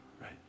Right